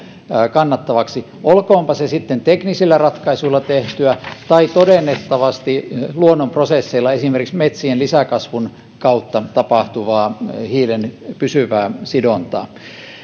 kannattavaksi olkoonpa se sitten teknisillä ratkaisuilla tehtyä tai todennettavasti luonnon prosesseilla esimerkiksi metsien lisäkasvun kautta tapahtuvaa hiilen pysyvää sidontaa